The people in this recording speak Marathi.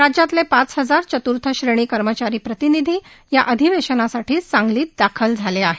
राज्यातले पाच हजार चत्र्थ श्रेणी कर्मचारी प्रतिनिधी या अधिवेशनासाठी सांगलीत दाखल झाले आहेत